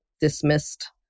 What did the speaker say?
dismissed